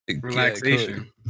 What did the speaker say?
relaxation